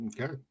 okay